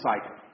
cycle